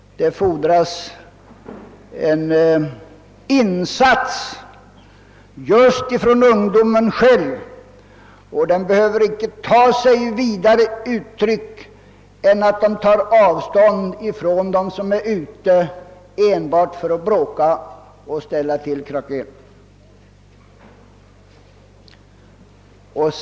Det fordras här en insats av ungdomen själv, som dock inte behöver ta sig annat uttryck än ett avståndstagande från dem som enbart är ute för att bråka och ställa till krakel.